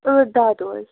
ٲٹھ دَہ دۄہ حظ